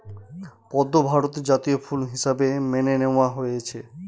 পদ্ম ভারতের জাতীয় ফুল হিসাবে মেনে নেওয়া হয়েছে